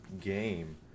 game